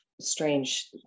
strange